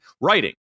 writing